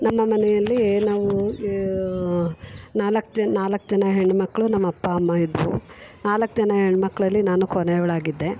ನಮ್ಮ ಮನೆಯಲ್ಲಿ ನಾವು ನಾಲ್ಕು ಜನ ನಾಲ್ಕು ಜನ ಹೆಣ್ಮಕ್ಳು ನಮ್ಮಪ್ಪ ಅಮ್ಮ ಇದ್ದರು ನಾಲ್ಕು ಜನ ಹೆಣ್ಮಕ್ಳಲ್ಲಿ ನಾನು ಕೊನೆಯವಳಾಗಿದ್ದೆ